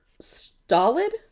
stolid